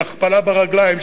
של הכפלה ברגליים,